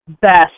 Best